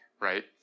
right